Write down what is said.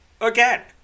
again